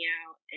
out